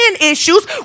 issues